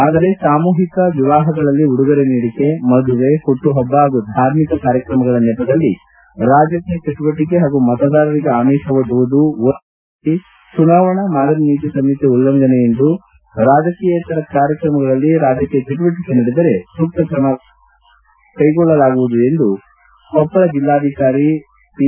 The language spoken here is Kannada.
ಆದರೆ ಸಾಮೂಹಿಕ ವಿವಾಹಗಳಲ್ಲಿ ಉಡುಗೊರೆ ನೀಡಿಕೆ ಮದುವೆ ಹುಟ್ಟು ಹಬ್ಬ ಹಾಗೂ ಧಾರ್ಮಿಕ ಕಾರ್ಯಕ್ರಮಗಳ ನೆಪದಲ್ಲಿ ರಾಜಕೀಯ ಚಟುವಟಕೆ ಹಾಗೂ ಮತದಾರರಿಗೆ ಆಮಿಷ ಒಡ್ಡುವುದು ಓಲ್ಟೆಸುವದು ಕಂಡು ಬಂದಲ್ಲಿ ಚುನಾವಣಾ ಮಾದರಿ ನೀತಿ ಸಂಹಿತೆ ಉಲ್ಲಂಘನೆ ಎಂದು ರಾಜಕಿಯೇತರ ಕಾರ್ಯಕ್ರಮಗಳಲ್ಲಿ ರಾಜಕೀಯ ಚಟುವಟಕೆ ನಡೆದರೆ ಸೂಕ್ತ ಕ್ರಮ ಕೈಗೊಳ್ಳಲಾಗುವುದು ಎಂದು ಕೊಪ್ಪಳ ಜೆಲ್ಲಾ ಚುನಾವಣಾಧಿಕಾರಿ ಹಾಗೂ ಜೆಲ್ಲಾಧಿಕಾರಿ ಪಿ